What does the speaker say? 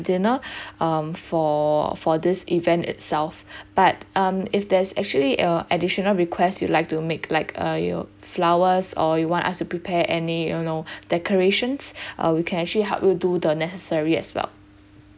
dinner um for for this event itself but um if there's actually uh additional request you like to make like uh you flowers or you want us to prepare any you know decorations uh we can actually help you do the necessary as well